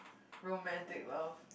romantic love